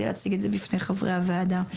להציג את זה בפני חברי הוועדה.